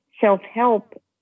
self-help